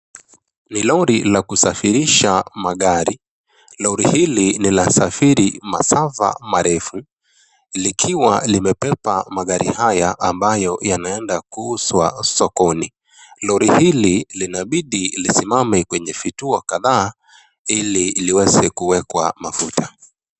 Ni Lori la kusafirisha magari, Lori hili linasafiri masaa marefu. likiwa limebeba magari hayo ambayo yanaenda kuuzwa sokoni. Lori hili linabidi lisimame kwenye kituo kadhaa, hili liweze kuwekwa mafuta.